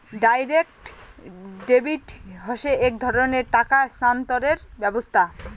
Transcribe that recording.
direct debit হসে এক ধরণের টাকা স্থানান্তরের ব্যবস্থা